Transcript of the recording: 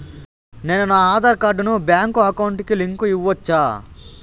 నేను నా ఆధార్ కార్డును బ్యాంకు అకౌంట్ కి లింకు ఇవ్వొచ్చా?